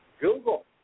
Google